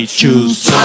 choose